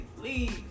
Please